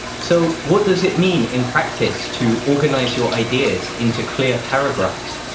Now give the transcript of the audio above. so what does it mean in practice to organize your ideas into clear paragraphs?